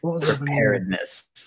Preparedness